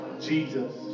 Jesus